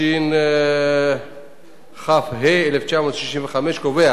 התשכ"ה 1965, קובע